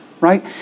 right